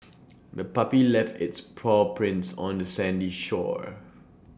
the puppy left its paw prints on the sandy shore